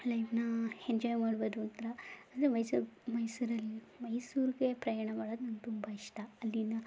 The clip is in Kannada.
ಲೈಫ್ನಾ ಎಂಜಾಯ್ ಮಾಡ್ಬೋದು ಒಂಥರ ಅಂದರೆ ಮೈಸೂರಲ್ಲಿ ಮೈಸೂರಲ್ಲಿ ಮೈಸೂರಿಗೆ ಪ್ರಯಾಣ ಮಾಡೋದು ನನ್ಗೆ ತುಂಬ ಇಷ್ಟ ಅಲ್ಲಿನ